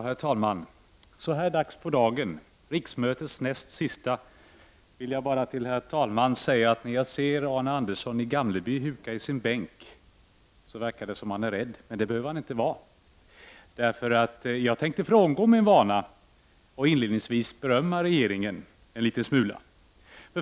Herr talman! Vid den här tiden på dagen, riksmötets näst sista, vill jag bara till herr talmannen säga att när jag ser Arne Andersson i Gamleby huka i sin bänk verkar det som om han är rädd, men det behöver han inte vara. Jag tänker nämligen frångå min vana och inledningsvis berömma regeringen en liten smula.